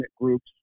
groups